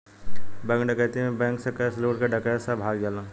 bank डकैती में bank से कैश लूट के डकैत सब भाग जालन